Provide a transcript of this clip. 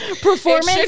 performance